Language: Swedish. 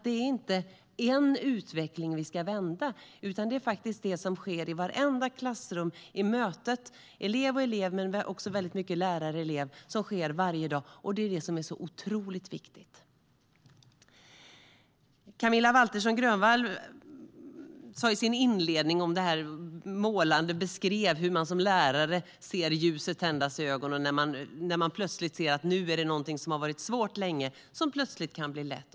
Det är inte en utveckling vi ska vända, utan det är faktiskt det som sker varje dag i vartenda klassrum i mötet mellan elev och elev men också mycket mellan lärare och elev, och det är det som är så otroligt viktigt. Camilla Waltersson Grönvall beskrev målande i sin inledning hur man som lärare ser ljuset tändas i ögonen och förstår att nu är det någonting som länge varit svårt som plötsligt blivit lätt.